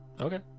Okay